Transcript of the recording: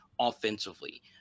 offensively